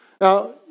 Now